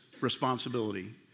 responsibility